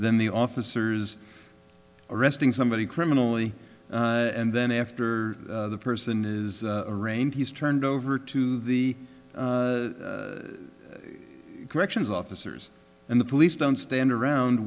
than the officers arresting somebody criminally and then after the person is arraigned he's turned over to the corrections officers and the police don't stand around